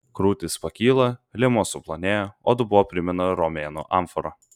krūtys pakyla liemuo suplonėja o dubuo primena romėnų amforą